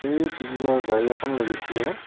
এই কি বুলি কয় গাড়ী এখন লাগিছিলে অঁ